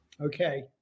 Okay